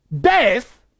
death